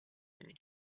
unis